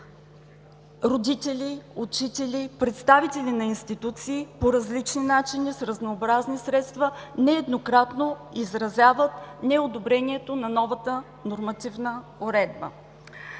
Родители, учители, представители на институции по различни начини с разнообразни средства нееднократно изразяват неодобрението на новата нормативна уредба.